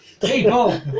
people